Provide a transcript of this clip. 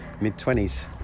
mid-twenties